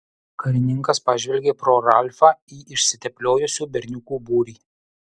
karininkas pažvelgė pro ralfą į išsitepliojusių berniukų būrį